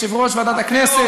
יושב-ראש-ועדת הכנסת,